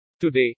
Today